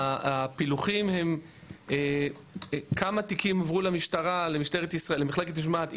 הפילוחים הם כמה תיקים הועברו למשטרת ישראל למחלקת משמעת,